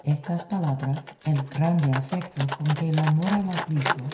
estas palabras el grande afecto con que la mora las dijo